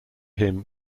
him